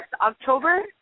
October